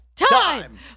Time